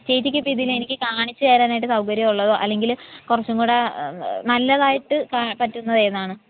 ചേച്ചിക്ക് ഇപ്പോൾ ഇതിന് എനിക്ക് കാണിച്ചു തരാനായിട്ട് സൗകര്യമുള്ളതോ അല്ലെങ്കിൽ കുറച്ചുംകൂടെ നല്ലതായിട്ട് കാ പറ്റുന്നത് ഏതാണ്